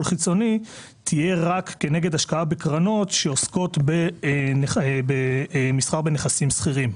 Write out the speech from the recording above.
חיצוני תהיה רק כנגד השקעה בקרנות שעוסקות במסחר בנכסים סחירים.